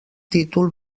títol